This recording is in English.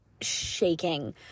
shaking